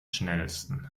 schnellsten